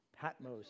Patmos